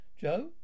Joe